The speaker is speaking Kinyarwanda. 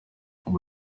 ubu